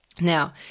Now